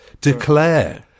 Declare